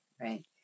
right